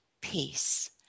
peace